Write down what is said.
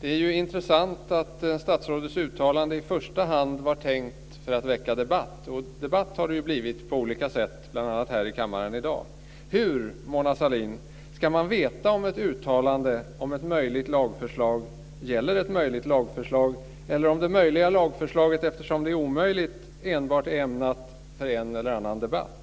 Det är intressant att statsrådets uttalande i första hand var tänkt att väcka debatt. Debatt har det ju blivit på olika sätt, bl.a. här i kammaren i dag. Hur, Mona Sahlin, ska man veta om ett uttalande om ett möjligt lagförslag gäller ett möjligt lagförslag eller om det möjliga lagförslaget, eftersom det är omöjligt, enbart är ämnat för en eller annan debatt?